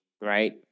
right